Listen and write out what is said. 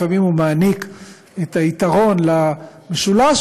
לפעמים הוא מעניק את היתרון למשולש,